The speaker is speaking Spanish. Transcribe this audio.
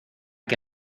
que